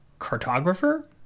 cartographer